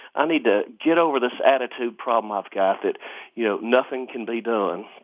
i need to get over this attitude problem i've got, that you know nothing can be done